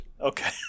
Okay